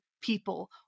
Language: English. people